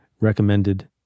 recommended